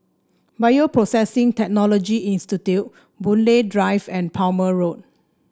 Bioprocessing Technology Institute Boon Lay Drive and Palmer Road